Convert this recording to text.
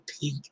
pink